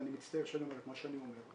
ואני מצטער שאני אומר את מה שאני אומר,